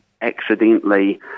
accidentally